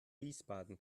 wiesbaden